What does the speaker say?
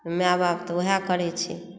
माय बाप तऽ वएह करै छै